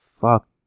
Fuck